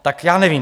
Tak já nevím.